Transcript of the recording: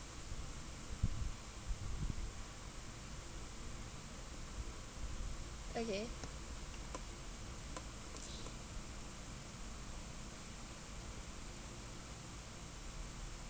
okay